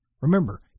Remember